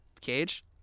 Cage